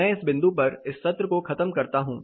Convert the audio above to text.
मैं इस बिंदु पर इस सत्र को खत्म करता हूं